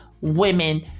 women